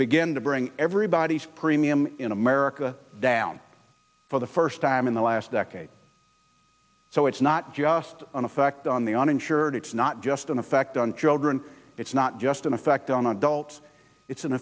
begin to bring everybody's premiums in america down for the first time in the last decade so it's not just an effect on the uninsured it's not just an effect on children it's not just an effect on adults it's an